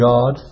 God